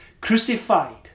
crucified